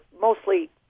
mostly